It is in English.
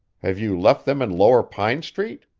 have you left them in lower pine street?